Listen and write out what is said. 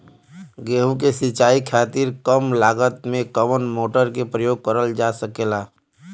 गेहूँ के सिचाई खातीर कम लागत मे कवन मोटर के प्रयोग करल जा सकेला?